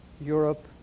Europe